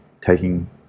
taking